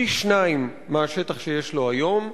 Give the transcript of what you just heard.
פי-שניים מהשטח שיש לו היום.